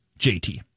JT